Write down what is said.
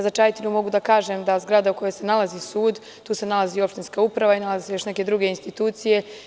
Za Čajetinu mogu da kažem da zgrada u kojoj se nalazi sud, tu se nalazi opštinska uprava i nalaze se još neke druge institucije.